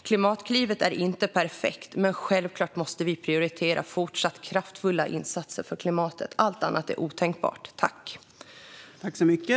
Klimatklivet är inte perfekt, men självklart måste vi prioritera fortsatt kraftfulla insatser för klimatet. Allt annat är otänkbart.